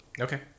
Okay